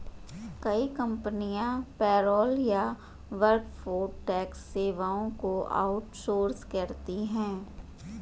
कई कंपनियां पेरोल या वर्कफोर्स टैक्स सेवाओं को आउट सोर्स करती है